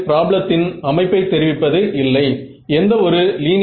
Xa வின் எந்த மதிப்பை நான் தேர்வு செய்வேன்